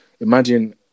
imagine